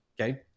Okay